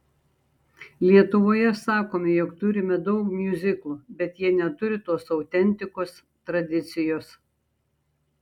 lietuvoje sakome jog turime daug miuziklų bet jie neturi tos autentikos tradicijos